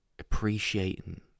appreciating